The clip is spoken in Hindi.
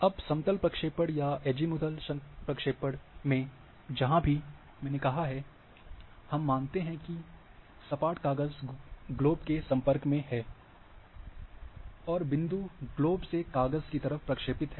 अब समतल प्रक्षेपण या अज़ीमुथल प्रक्षेपण में जहाँ भी मैंने कहा है हम मानते हैं की सपाट काग़ज़ ग्लोब के संपर्क में है और बिंदु ग्लोब से काग़ज़ की तरफ़ प्रक्षेपित है